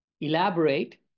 Elaborate